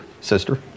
sister